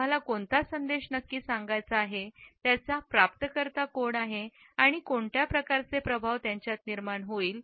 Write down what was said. आम्हाला कोणता संदेश नक्की सांगायचा आहे त्याचे प्राप्तकर्ता कोण आहेत आणि कोणत्या प्रकारचे प्रभाव त्यांच्यात निर्माण होईल